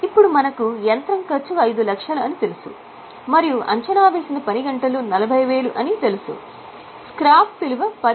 ఇప్పుడు మనకు యంత్రము ఖర్చు ఐదు లక్షలు అని తెలుసు మరియు అంచనా వేసిన పని గంటలు 40000 అని కూడా తెలుసు స్క్రాప్ విలువ రూ